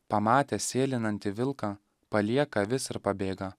pamatęs sėlinantį vilką palieka avis ir pabėga